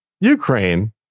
Ukraine